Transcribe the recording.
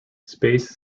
space